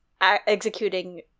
executing